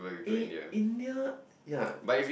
eh India yea